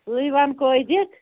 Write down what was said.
ژٕے وَن کٔہۍ دِکھ